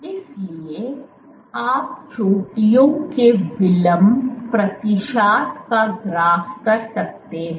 इसलिए आप चोटियों के विलंब प्रतिशत की साजिश कर सकते हैं